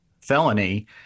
felony